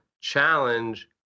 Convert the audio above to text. challenge